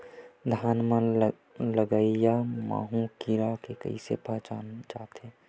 धान म लगईया माहु कीरा ल कइसे पहचाने जाथे?